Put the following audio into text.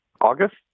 August